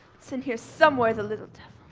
in here somewhere, the little